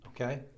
Okay